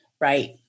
Right